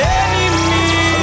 enemy